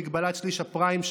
אם זו מגבלת שליש הפריים,